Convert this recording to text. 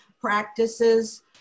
practices